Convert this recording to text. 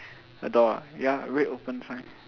a door ah ya a red open sign